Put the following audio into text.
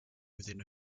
within